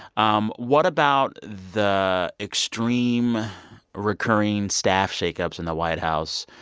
um what about the extreme recurring staff shakeups in the white house,